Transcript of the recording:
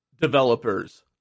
developers